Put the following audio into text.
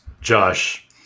Josh